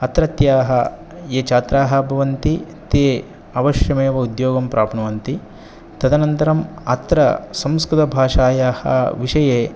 अत्रत्याः ये छात्राः भवन्ति ते अवश्यमेव उद्योगं प्राप्नुवन्ति तदनन्तरम् अत्र संस्कृतभाषायाः विषये